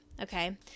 okay